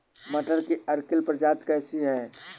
मटर की अर्किल प्रजाति कैसी है?